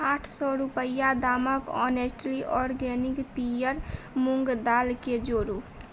आठ सए रूपैआ दामके ऑनेस्टली आर्गेनिक पीयर मूँग दालके जोड़ू